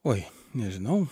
oi nežinau